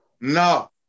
No